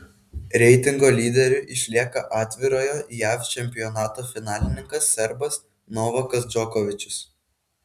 reitingo lyderiu išlieka atvirojo jav čempionato finalininkas serbas novakas džokovičius